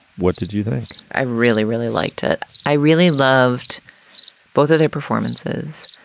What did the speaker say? what did you think? i really, really liked it. i really loved both of their performances.